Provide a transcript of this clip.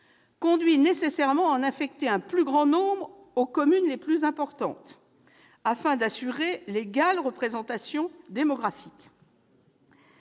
conduit nécessairement à en affecter un plus grand nombre aux communes les plus importantes, afin d'assurer l'égale représentation démographique.